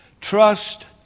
Trust